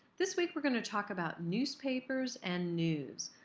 this week we're going to talk about newspapers and news.